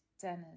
tennis